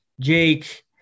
Jake